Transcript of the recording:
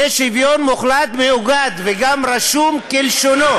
יהיה שוויון מוחלט מעוגן וגם רשום כלשונו,